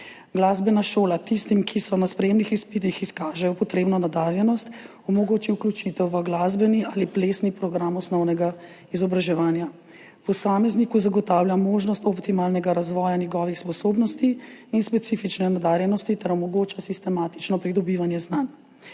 Glasbena šola tistim, ki na sprejemnih izpitih izkažejo potrebno nadarjenost, omogoči vključitev v glasbeni ali plesni program osnovnega izobraževanja, posamezniku zagotavlja možnost optimalnega razvoja njegovih sposobnosti in specifične nadarjenosti ter omogoča sistematično pridobivanje znanj.